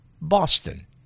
Boston